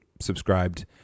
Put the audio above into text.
subscribed